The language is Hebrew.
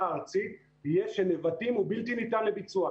הארצית יהיה שנבטים הוא בלתי ניתן לביצוע.